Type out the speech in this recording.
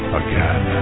again